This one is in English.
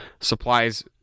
supplies